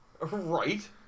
Right